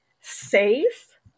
safe